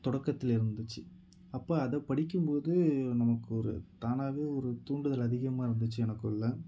தொடக்கத்தில் இருந்துச்சு அப்போ அதை படிக்கும்போது நமக்கு ஒரு தானாகவே ஒரு தூண்டுதல் அதிகமாக இருந்துச்சு எனக்குள்ளே